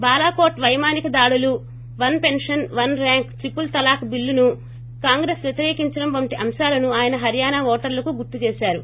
బాలాకోట్ పైమానిక దాడులు one pension one rank triple talaq బిల్లును కాంగ్రెస్ వ్యతిరేకించడం వంటి అంశాలను ఆయన హరియాణా ఓటర్లకు గుర్తు చేశారు